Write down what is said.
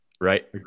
Right